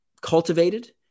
cultivated